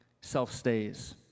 self-stays